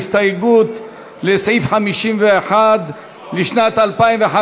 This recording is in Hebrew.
הסתייגות לסעיף 51 לשנת 2015: